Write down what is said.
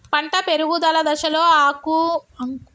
పంట పెరుగుదల దశలో అంకురోత్ఫత్తి ఏ విధంగా దోహదం చేస్తుంది?